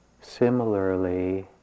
Similarly